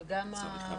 אבל כל ההסדרה,